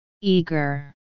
Eager